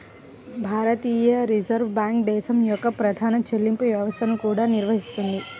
భారతీయ reserve bank దేశం యొక్క ప్రధాన చెల్లింపు వ్యవస్థలను కూడా నిర్వహిస్తుంది